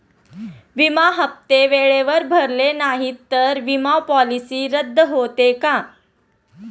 विमा हप्ते वेळेवर भरले नाहीत, तर विमा पॉलिसी रद्द होते का?